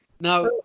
now